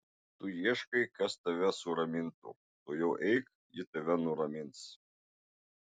tu ieškai kas tave suramintų tuojau eik ji tave nuramins